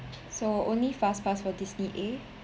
so only fast pass for disney A